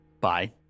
Bye